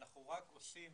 אנחנו רק עושים